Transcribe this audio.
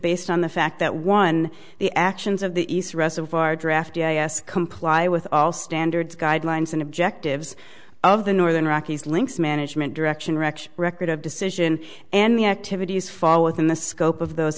based on the fact that one the actions of the east reservoir draft yes comply with all standards guidelines and objectives of the northern rockies links management direction rex record of decision and the activities fall within the scope of those